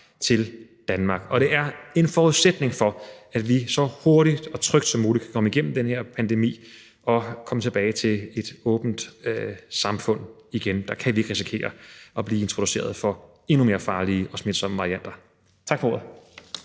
til Danmark, og det er en forudsætning for, at vi så hurtigt og trygt som muligt kan komme igennem den her pandemi og komme tilbage til et åbent samfund igen. Da kan vi ikke risikere at blive introduceret for endnu mere farlige og smitsomme varianter. Tak for ordet.